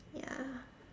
ya